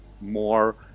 more